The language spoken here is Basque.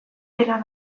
dena